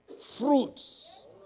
fruits